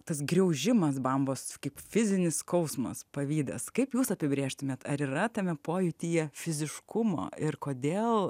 tas graužimas bambos kaip fizinis skausmas pavydas kaip jūs apibrėžtumėte ar yra tame pojūtyje fiziškumo ir kodėl